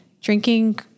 drinking